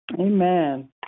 amen